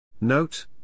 Note